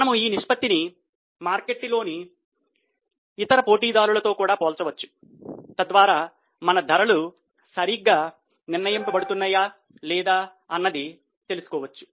మనము ఈ నిష్పత్తిని మార్కెట్లోని ఇతర పోటీదారులతో పోల్చవచ్చు తద్వారా మన ధరలు సరిగ్గా నిర్ణయింపబడుతున్నాయా లేదా అన్నది తెలుసుకోవచ్చు